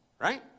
right